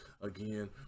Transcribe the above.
again